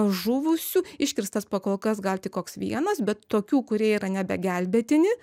žuvusių iškirstas pakol kas gal tik koks vienas bet tokių kurie yra nebegelbėtini